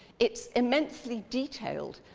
it's immensely detailed,